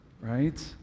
right